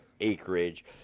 acreage